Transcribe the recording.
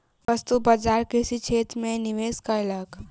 वस्तु बजार कृषि क्षेत्र में निवेश कयलक